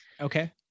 Okay